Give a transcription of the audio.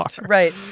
Right